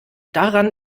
daran